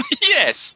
Yes